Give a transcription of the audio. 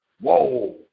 Whoa